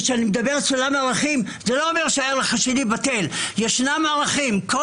כשאני מדבר על סולם ערכים יש ערכים כל